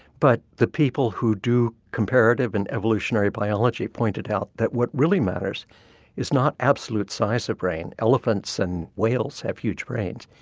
but the people who do comparative and evolutionary biology pointed out that what really matters is not absolute size of the brain. elephants and whales have huge brains.